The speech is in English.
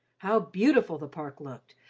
how beautiful the park looked,